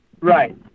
Right